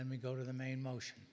then we go to the main motion